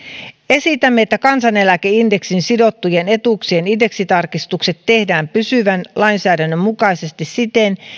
esitämme että kansaneläkeindeksiin sidottujen etuuksien indeksitarkistukset tehdään pysyvän lainsäädännön mukaisesti siten